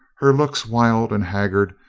her looks wild and haggard,